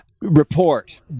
report